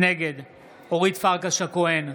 נגד אורית פרקש הכהן,